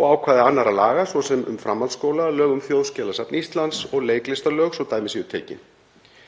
og ákvæði annarra laga, svo sem um framhaldsskóla og lög um Þjóðskjalasafn Íslands og leiklistarlög svo að dæmi séu tekin.